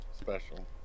special